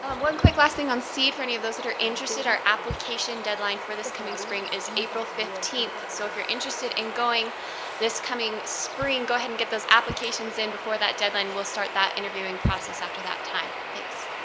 um one quick last thing on seed for any of those that are interested, our application deadline for this coming spring is april fifteenth. so if you're interested in going this coming spring, go ahead and get those applications in before that deadline. we'll start that interviewing process after that time. thanks.